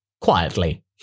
quietly